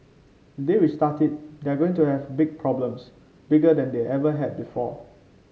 if they restart it they're going to have big problems bigger than they ever had before